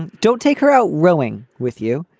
don't take her out rowing with you.